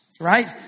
Right